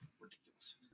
ridiculous